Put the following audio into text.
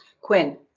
Quinn